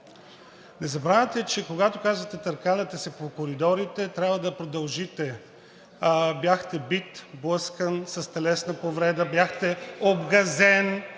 Не забравяйте, че когато казвате „търкаляте се по коридорите“, трябва да продължите – бяхте бит, блъскан, с телесна повреда, бяхте обгазен